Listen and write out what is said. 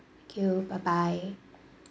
thank you bye bye